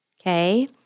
okay